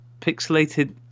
Pixelated